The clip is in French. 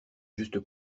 juste